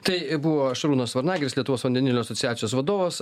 tai buvo šarūnas varnagiris lietuvos vandenilio asociacijos vadovas